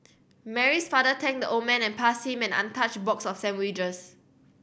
Mary's father thanked the old man and passed him an untouched box of sandwiches